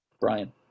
Brian